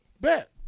Bet